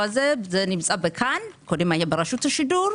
נמצא בכאן, קודם היה ברשות השידור.